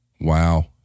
Wow